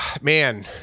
Man